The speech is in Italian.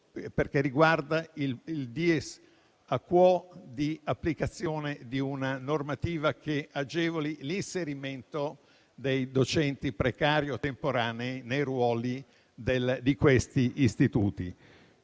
perché riguarda il *dies a quo* di applicazione di una normativa che agevoli l'inserimento dei docenti precari o temporanei nei ruoli di questi istituti.